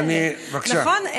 נכון,